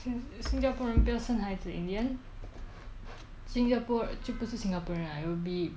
新加坡就不是 singaporean liao it'll be by other country and all our politician our president